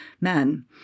men